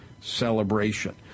celebration